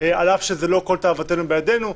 על אף שלא כל תאוותנו בידינו.